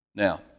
Now